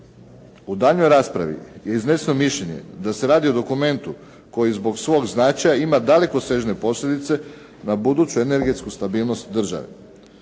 U daljnoj raspravi je izneseno mišljenje da se radi o dokumentu koji zbog svog značaja ima dalekosežne posljedice na buduću energetsku stabilnost države.